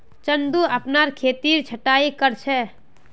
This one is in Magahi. चंदू अपनार खेतेर छटायी कर छ